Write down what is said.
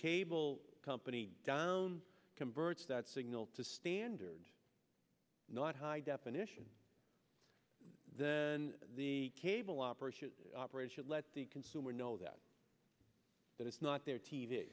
cable company down converts that signal to standard not high definition then the cable operator operation let the consumer know that that is not their t